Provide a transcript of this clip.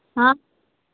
ହଁ